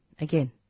again